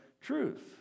truth